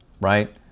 right